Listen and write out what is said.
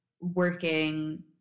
working